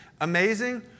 amazing